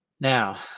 Now